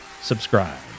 subscribe